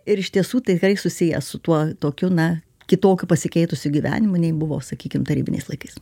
ir iš tiesų tai tikrai susiję su tuo tokiu na kitokiu pasikeitusiu gyvenimu nei buvo sakykim tarybiniais laikais